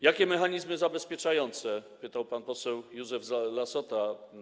Jakie są mechanizmy zabezpieczające, pytał pan poseł Józef Lassota.